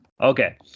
okay